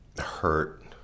hurt